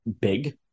big